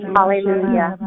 Hallelujah